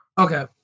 Okay